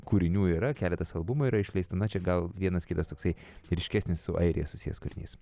kūrinių yra keletas albumų yra išleista na čia gal vienas kitas toksai ryškesnis su airija susijęs kūrinys